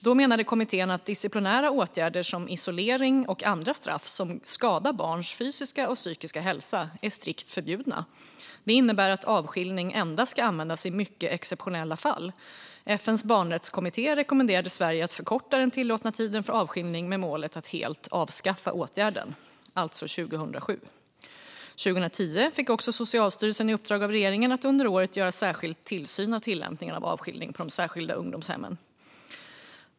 Då menade kommittén att disciplinära åtgärder som isolering och andra straff som skadar barns fysiska och psykiska hälsa är strikt förbjudna. Det innebär att avskiljning endast ska användas i mycket exceptionella fall. FN:s barnrättskommitté rekommenderade Sverige att förkorta den tillåtna tiden för avskiljning med målet att helt avskaffa åtgärden - alltså 2007. År 2010 fick också Socialstyrelsen i uppdrag av regeringen att under året göra särskild tillsyn av tillämpningen av avskiljning på de särskilda ungdomshemmen.